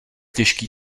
těžký